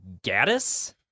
Gaddis